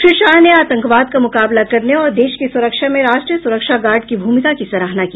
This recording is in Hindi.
श्री शाह ने आतंकवाद का मुकाबला करने और देश की सुरक्षा में राष्ट्रीय सुरक्षा गार्ड की भूमिका की सराहना की